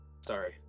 Sorry